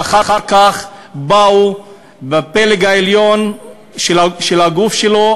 ואחר כך בפלג העליון של הגוף שלו,